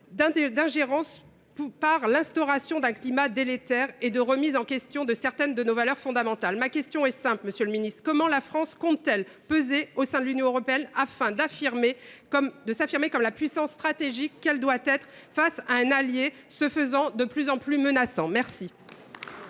à l’étranger, par l’instauration d’un climat délétère et la remise en question de certaines de nos valeurs fondamentales. Ma question est simple, monsieur le ministre : comment la France compte t elle peser au sein de l’Union européenne afin de s’affirmer comme la puissance stratégique qu’elle doit être face à un allié qui se fait de plus en plus menaçant ? La